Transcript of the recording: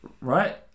Right